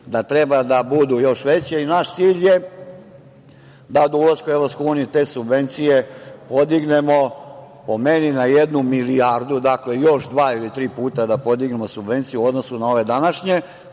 da treba da budu još veće. Naš cilj je da do ulaska u Evropsku uniju te subvencije podignemo, po meni, na jednu milijardu, dakle, još dva ili tri puta da podignemo subvencije u odnosu na ove današnje